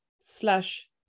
slash